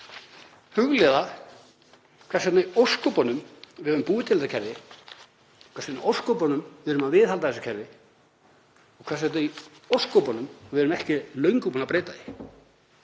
hugleiða hvers vegna í ósköpunum við höfum búið til þetta kerfi, hvers vegna í ósköpunum við erum að viðhalda þessu kerfi og hvers vegna í ósköpunum við erum ekki löngu búin að breyta því.